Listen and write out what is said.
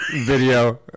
video